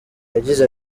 yagize